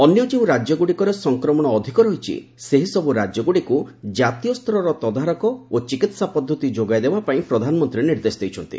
ଅନ୍ୟ ଯେଉଁ ରାଜ୍ୟଗୁଡ଼ିକରେ ସଂକ୍ରମଣ ଅଧିକ ରହିଛି ସେହିସବୁ ରାଜ୍ୟଗୁଡ଼ିକୁ ଜାତୀୟ ସ୍ତରର ତଦାରଖ ଓ ଚିକିତ୍ସା ପଦ୍ଧତି ଯୋଗାଇ ଦେବା ପାଇଁ ପ୍ରଧାନମନ୍ତ୍ରୀ ନିର୍ଦ୍ଦେଶ ଦେଇଛନ୍ତି